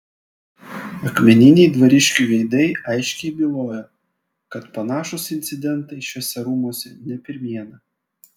akmeniniai dvariškių veidai aiškiai bylojo kad panašūs incidentai šiuose rūmuose ne pirmiena